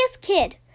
kid